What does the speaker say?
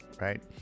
Right